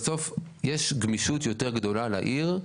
בסוף יש גמישות יותר גדולה לעיר,